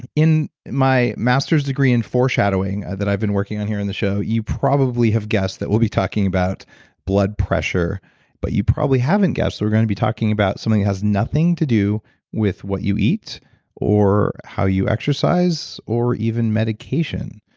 in my master's degree in foreshadowing that i've been working on here in the show, you probably have guessed that we'll be talking about blood pressure but you probably haven't guessed that we're going to be talking about something that has nothing to do with what you eat or how you exercise, or even medication.